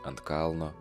ant kalno